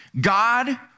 God